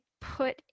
put